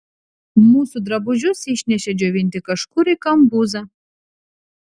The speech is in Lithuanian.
mūsų drabužius išnešė džiovinti kažkur į kambuzą